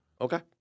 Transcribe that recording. Okay